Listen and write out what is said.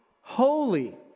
holy